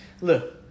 Look